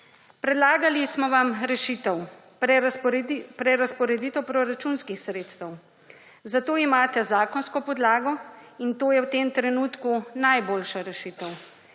Predlagali smo vam rešitev, prerazporeditev proračunskih sredstev. Za to imate zakonsko podlago in to je v tem trenutku najboljša rešitev.